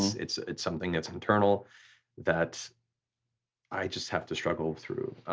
it's it's something that's internal that i just have to struggle through.